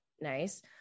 nice